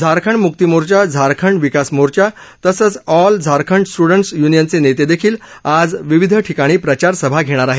झारखंड मुक्तीमोर्चा झारखंड विकास मोर्चा तसंच All Jharkhand Students युनियनचे नेते देखील आज विविध ठिकाणी प्रचारसभा घेणार आहेत